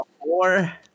four